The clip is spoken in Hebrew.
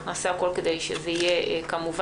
אנחנו נעשה הכול כדי שזה יהיה תקין.